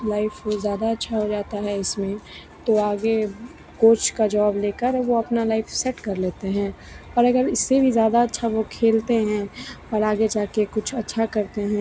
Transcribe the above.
life बहुत ज़्यादा अच्छी हो जाती है इसमें तो आगे कोच का जॉब लेकर वे अपनी लाइफ सेट कर लेते हैं और अगर इससे भी ज़्यादा अच्छा वे खेलते हैं और आगे जाकर कुछ अच्छा करते हैं